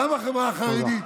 גם החברה החרדית,